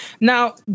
Now